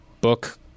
Book